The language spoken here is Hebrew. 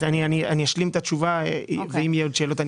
אני אשלים את התשובה ואם יהיו עוד שאלות,